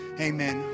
Amen